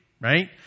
Right